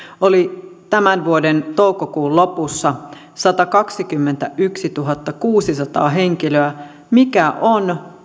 oli tämän vuoden toukokuun lopussa satakaksikymmentätuhattakuusisataa henkilöä mikä on